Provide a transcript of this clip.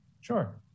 Sure